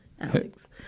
Alex